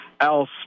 else